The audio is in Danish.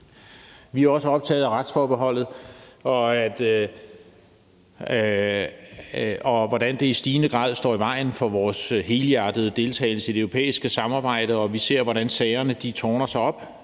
Vi er også optagede af retsforbeholdet og af, hvordan det i stigende grad står i vejen for vores helhjertede deltagelse i det europæiske samarbejde, og vi ser, hvordan sagerne tårner sig op,